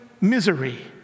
misery